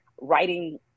writing